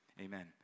Amen